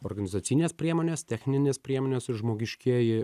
organizacinės priemonės techninės priemonės ir žmogiškieji